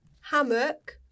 hammock